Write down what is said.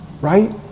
right